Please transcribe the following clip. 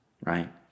right